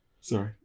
Sorry